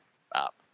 Stop